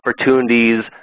opportunities